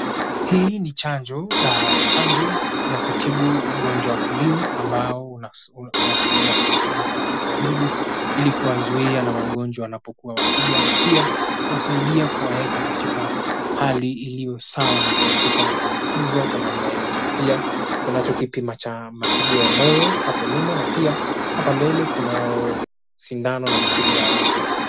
Hii ni chanjo dawa ya chanjo ya kutibu ugonjwa wa polio ambao unatibiwa sana sana kwa watoto wadogo ili kuwazuia na magonjwa wanapo kuwa wakubwa na pia kuwasaidia kuwaweka katika hali iliyo sawa na kuzuia kuambukizwa kwa namna yoyote na pia kunacho kipimo cha mapigo ya moyo hapo nyuma na pia hapa mbele kuna sindano na mrija wake.